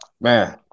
Man